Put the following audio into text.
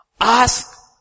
ask